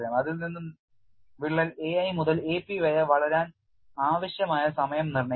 അതിൽ നിന്ന് വിള്ളൽ a i മുതൽ a p വരെ വളരാൻ ആവശ്യമായ സമയം നിർണ്ണയിക്കുന്നു